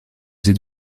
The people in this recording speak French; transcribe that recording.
êtes